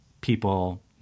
people